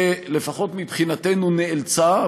שלפחות מבחינתנו נאלצה,